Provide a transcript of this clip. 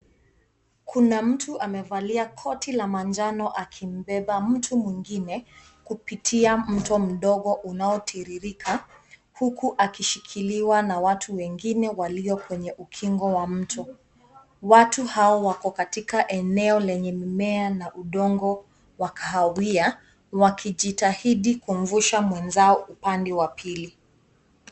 Kuna mtu amevalia koti la manjano amembeba mwingine kupitia mto mdogo unaotiririka huku akishikiliwa na watu wengine walio kwenye ukingo wa mtu. Watu hao wako katika eneo lenye mimea na udongo wa kahawia wakijitahidi kumvusha wenzao upande wa pili.